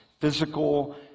Physical